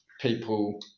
people